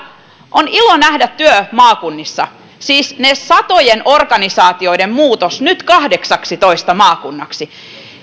on ilo nähdä työ maakunnissa siis niiden satojen organisaatioiden muutos nyt kahdeksaksitoista maakunnaksi